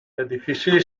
edifici